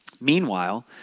Meanwhile